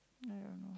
I don't know